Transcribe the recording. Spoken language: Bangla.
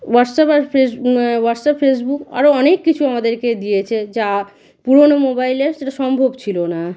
হোয়াটসঅ্যাপ আর ফেস হোয়াটসঅ্যাপ ফেসবুক আরও অনেক কিছু আমাদেরকে দিয়েছে যা পুরোনো মোবাইলে সেটা সম্ভব ছিল না